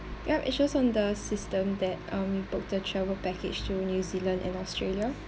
yup it shows on the system that um you've booked the travel package to new zealand and australia